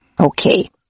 Okay